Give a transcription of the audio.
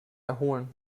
erholen